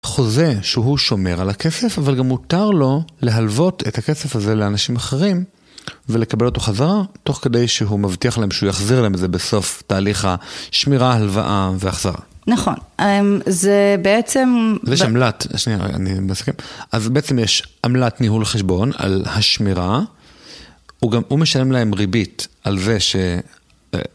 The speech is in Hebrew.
חוזה שהוא שומר על הכסף, אבל גם מותר לו להלוות את הכסף הזה לאנשים אחרים ולקבל אותו חזרה, תוך כדי שהוא מבטיח להם שהוא יחזיר להם את זה בסוף תהליך השמירה, הלוואה והחזרה. נכון. זה בעצם... זה שם לת... שנייה, אני מסכים. אז בעצם יש עמלת ניהול חשבון על השמירה. הוא משלם להם ריבית על זה ש...